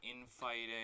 infighting